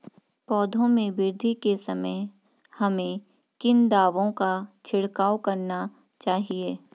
पौधों में वृद्धि के समय हमें किन दावों का छिड़काव करना चाहिए?